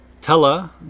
tella